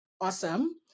Awesome